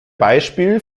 beispiel